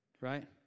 right